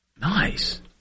Nice